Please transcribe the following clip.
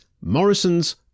morrison's